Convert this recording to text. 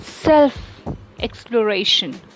self-exploration